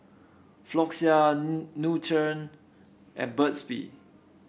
Floxia Nutren and Burt's Bee